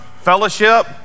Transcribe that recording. fellowship